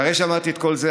אחרי שאמרתי את כל זה,